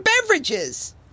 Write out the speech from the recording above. beverages